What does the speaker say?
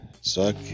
suck